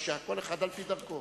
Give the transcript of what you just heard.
כל אחד על-פי דרכו.